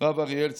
הרב אריאל צדיק,